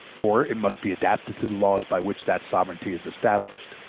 or it must be adapted to the laws by which that sovereignty is established.